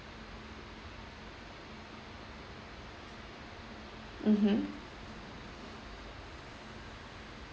mmhmm